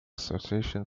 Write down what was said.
association